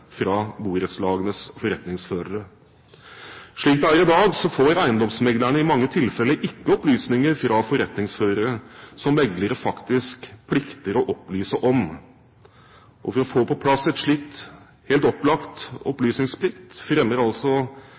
fra borettslagenes forretningsførere. Slik det er i dag, får eiendomsmeglerne i mange tilfelle ikke opplysninger fra forretningsførere som meglere faktisk plikter å opplyse om. Og for å få på plass en slik helt opplagt opplysningsplikt fremmer altså